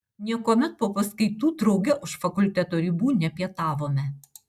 niekuomet po paskaitų drauge už fakulteto ribų nepietavome